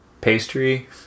pastry